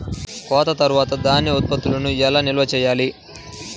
కోత తర్వాత ధాన్య ఉత్పత్తులను ఎలా నిల్వ చేయాలి?